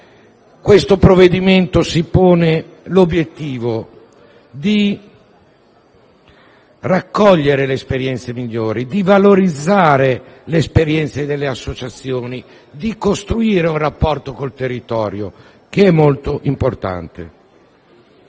a tale riguardo si pone l'obiettivo di raccogliere le esperienze migliori, di valorizzare le esperienze delle associazioni e di costruire un rapporto con il territorio, che credo sia molto importante.